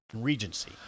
Regency